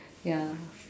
ya